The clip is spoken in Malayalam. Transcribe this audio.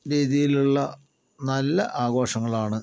രീതിയിലുള്ള നല്ല ആഘോഷങ്ങളാണ്